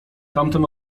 tamten